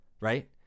right